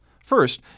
First